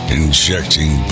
injecting